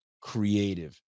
creative